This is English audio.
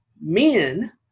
men